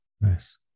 Nice